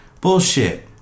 Bullshit